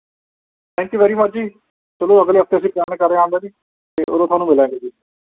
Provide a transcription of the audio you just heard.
thank you very much ji ਚਲੋ ਅਗਲੇ ਹਫ਼ਤੇ ਅਸੀਂ ਪਲੈਨ ਕਰ ਰਹੇ ਆਉਣ ਦਾ ਜੀ ਅਤੇ ਉਦੋਂ ਤੁਹਾਨੂੰ ਮਿਲਾਂਗੇ ਜੀ